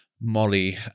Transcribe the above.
Molly